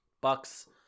Bucks